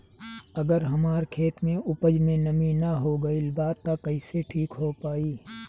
अगर हमार खेत में उपज में नमी न हो गइल बा त कइसे ठीक हो पाई?